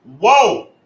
Whoa